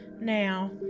Now